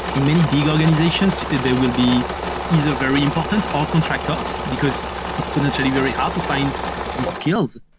in many big organizations, they will be is a very important all contractors, because it's potentially very hard to fi and the skills,